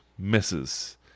misses